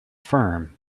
firm